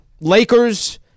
Lakers